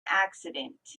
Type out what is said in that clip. accident